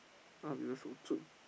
why are people so chun